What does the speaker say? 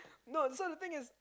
no so the thing is